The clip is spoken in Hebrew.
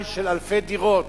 מלאי של אלפי דירות